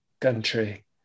country